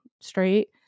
straight